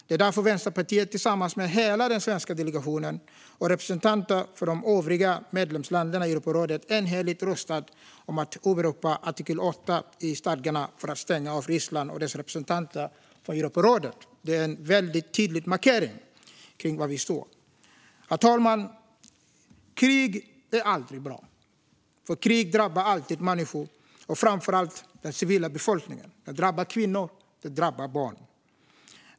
Det är därför Vänsterpartiet tillsammans med hela den svenska delegationen och representanter för de övriga medlemsländerna i Europarådet enhälligt röstade för att åberopa artikel 8 i stadgarna för att stänga av Ryssland och dess representanter från Europarådet. Det är en tydlig markering av var vi står. Herr talman! Krig är aldrig bra, för krig drabbar alltid människor och framför allt civilbefolkningen såsom kvinnor och barn.